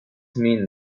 mean